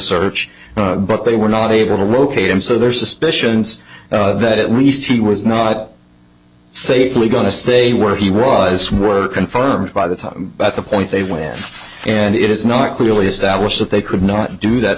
search but they were not able to locate him so there are suspicions that at least he was not safely going to stay where he was were confirmed by the time but the point they wear and it is not clearly established that they could not do that